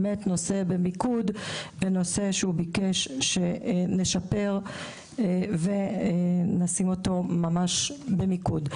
והוא ביקש שנשפר אותו ונשים אותו במיקוד.